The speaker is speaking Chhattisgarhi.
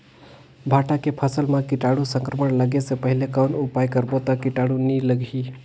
भांटा के फसल मां कीटाणु संक्रमण लगे से पहले कौन उपाय करबो ता कीटाणु नी लगही?